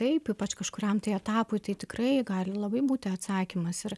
taip ypač kažkuriam tai etapui tai tikrai gali labai būti atsakymas ir